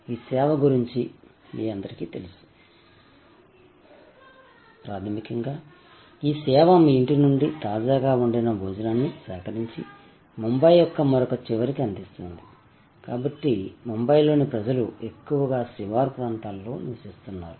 ఈ సేవ గురించి మీ అందరికీ తెలుసు ప్రాథమికంగా ఈ సేవ మీ ఇంటి నుండి తాజాగా వండిన భోజనాన్ని సేకరించి బొంబాయి యొక్క మరొక చివరకి అందిస్తుంది కాబట్టి బొంబాయిలోని ప్రజలు ఎక్కువగా శివారు ప్రాంతాల్లో నివసిస్తున్నారు